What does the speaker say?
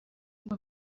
ngo